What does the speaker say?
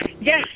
Yes